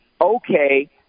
okay